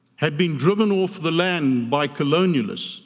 had been driven off the land by colonialists,